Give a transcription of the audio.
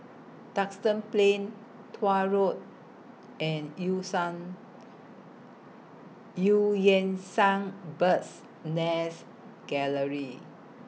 Duxton Plain Tuah Road and EU Sang EU Yan Sang Bird's Nest Gallery